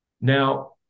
Now